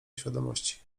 świadomości